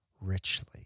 richly